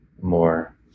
more